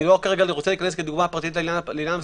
אני לא רוצה להיכנס לדוגמה פרטית לעניין,